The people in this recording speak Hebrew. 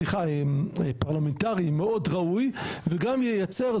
פרלמנטרי מאוד ראוי וגם ייצר,